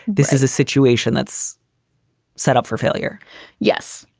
this is a situation that's set up for failure yes.